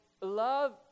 love